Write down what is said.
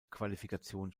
qualifikation